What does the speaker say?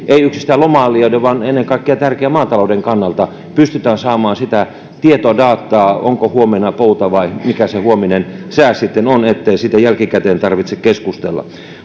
ei yksistään lomailijoiden vaan ennen kaikkea tärkeän maatalouden kannalta pystytään saamaan sitä tietodataa onko huomenna pouta vai mikä se huominen sää sitten on ettei siitä jälkikäteen tarvitse keskustella